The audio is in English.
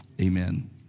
amen